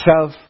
self